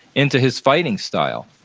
into his fighting style,